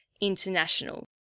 international